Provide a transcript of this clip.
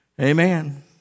amen